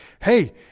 hey